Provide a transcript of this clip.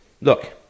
Look